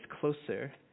closer